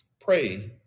Pray